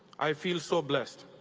i feel so blessed.